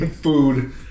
Food